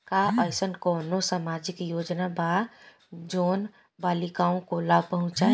का अइसन कोनो सामाजिक योजना बा जोन बालिकाओं को लाभ पहुँचाए?